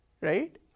right